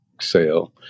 sale